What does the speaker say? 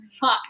Fuck